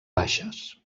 baixes